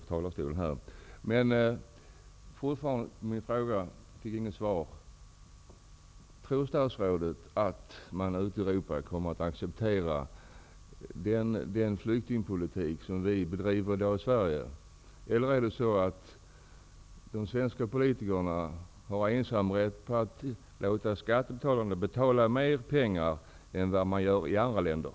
Fortfarande fick jag inget svar på min fråga: Tror statsrådet att andra länder ute i Europa kommer att acceptera den flyktingpolitik som vi bedriver i dag i Sverige, eller är det så att de svenska politikerna har ensamrätt på att låta skattebetalarna betala mer för asylpolitiken än vad man gör i andra länder?